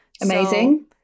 Amazing